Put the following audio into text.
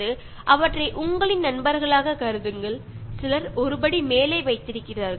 ചില ആളുകൾ മറ്റു ജീവജാലങ്ങളെ നമ്മളെക്കാൾ ഒരുപടി മുന്നിൽ ആയി കാണാറുമുണ്ട്